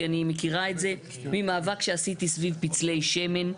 כי אני מכירה את זה ממאבק שעשיתי סביב פצלי שמן.